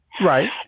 Right